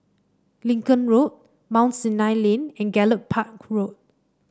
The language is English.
Lincoln Road Mount Sinai Lane and Gallop Park Road